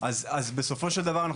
בסופו של דבר,